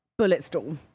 Bulletstorm